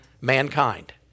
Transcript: Mankind